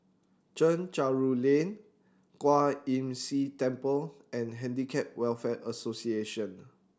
Chencharu Lane Kwan Imm See Temple and Handicap Welfare Association